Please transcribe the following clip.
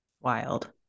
Wild